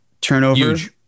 turnover